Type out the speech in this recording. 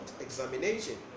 examination